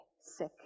sick